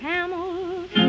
Camels